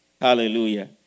Hallelujah